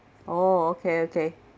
oh okay okay